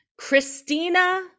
Christina